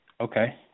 Okay